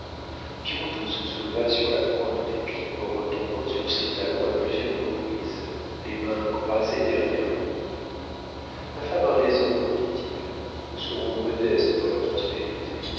se souleva sur la pointe des pieds en retombant sur ses talons à plusieurs reprises les mains croisées derrière lui ma femme a raison dit-il nous serons modestes dans la prospérité